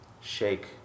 shake